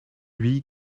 lui